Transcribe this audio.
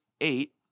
eight